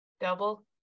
double